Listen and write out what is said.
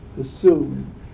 assumed